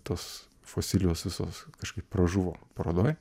tos fosilijos visos kažkaip pražuvo parodoj